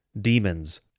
Demons